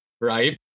Right